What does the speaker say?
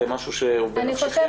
זה בנפשכם?